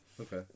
Okay